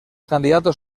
candidatos